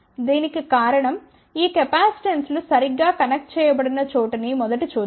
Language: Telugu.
దానికి కారణం ఈ కెపాసిటెన్సులు సరిగ్గా కనెక్ట్ చేయబడిన చోటుని మొదట చూద్దాం